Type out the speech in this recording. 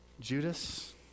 Judas